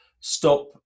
stop